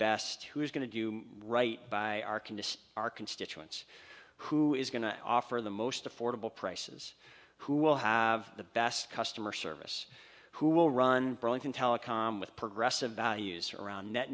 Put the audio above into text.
best who is going to do right by our can to our constituents who is going to offer the most affordable prices who will have the best customer service who will run burlington telecom with progressive values around net